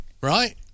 Right